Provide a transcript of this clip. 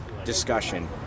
discussion